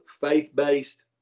faith-based